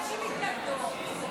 (חבר הכנסת משה סעדה יוצא מאולם המליאה.) אני